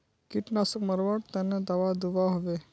कीटनाशक मरवार तने दाबा दुआहोबे?